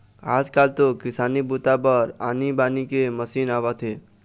आजकाल तो किसानी बूता बर आनी बानी के मसीन आवत हे